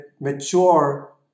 mature